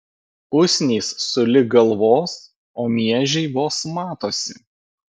usnys sulig galvos o miežiai vos matosi